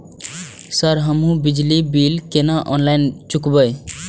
Sir हमू बिजली bill केना ऑनलाईन चुकेबे?